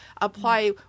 apply